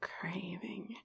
craving